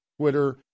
Twitter